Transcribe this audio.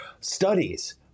studies